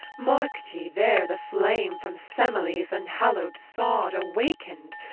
marked ye there the flame from semele's enhallowed sod awakened?